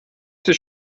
sie